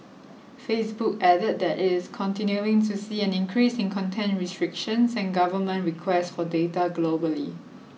Facebook added that it is continuing to see an increase in content restrictions and government requests for data globally